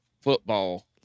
football